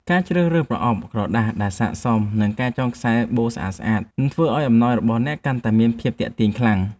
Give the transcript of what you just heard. ការជ្រើសរើសប្រអប់ក្រដាសដែលស័ក្តិសម និងការចងខ្សែបូស្អាតៗ នឹងធ្វើឱ្យអំណោយរបស់អ្នកកាន់តែមានភាពទាក់ទាញខ្លាំង។